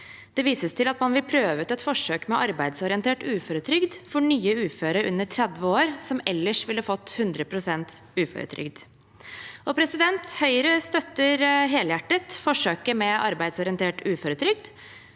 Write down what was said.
Det vises til at man vil prøve ut et forsøk med arbeidsorientert uføretrygd for nye uføre under 30 år som ellers ville fått 100 pst. uføretrygd. Høyre støtter helhjertet forsøket med arbeidsorientert uføretrygd.